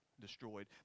destroyed